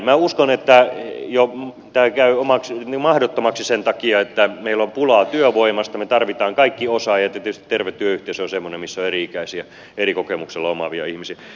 minä uskon että tämä käy mahdottomaksi sen takia että meillä on pulaa työvoimasta me tarvitsemme kaikki osaajat ja tietysti terve työyhteisö on semmoinen missä on eri ikäisiä eri kokemuksen omaavia ihmisiä